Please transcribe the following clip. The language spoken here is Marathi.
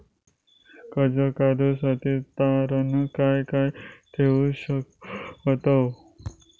कर्ज काढूसाठी तारण काय काय ठेवू शकतव?